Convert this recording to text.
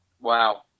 Wow